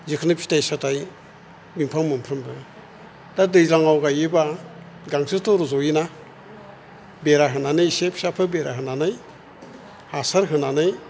जिखुनि फिथाइ साथाय बिंफां मोनफ्रोमबो दा दैज्लांआव गायोबा गांसोथ' रज'योना बेरा होनानै एसे फिसाफोर बेरा होनानै हासार होनानै